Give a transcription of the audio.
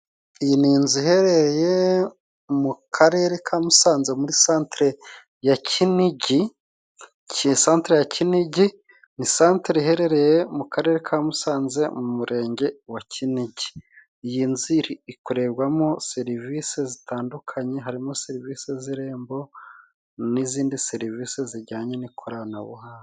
iyi ni inzu iherereye mu karere ka Musanze muri sentere ya Kinigi, isantere ya Kinigi ni santere iherereye mu Karere ka Musanze mu Murenge wa Kinigi. Iyi nzu ikorerwamo serivisi zitandukanye harimo serivisi z'irembo, n'izindi serivisi zijyanye n'ikoranabuhanga.